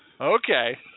Okay